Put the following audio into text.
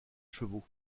chevaux